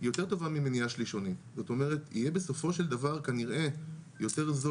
יותר טובה ממניעה שלישונית,